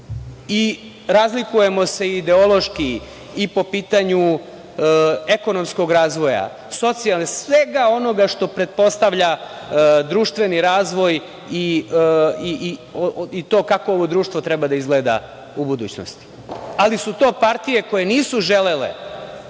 i razlikujemo se ideološki i po pitanju ekonomskog razvoja, socijale, svega onoga što pretpostavlja društveni razvoj i to kako ovo društvo treba da izgleda u budućnosti. To su partije koje nisu želele